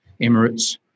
Emirates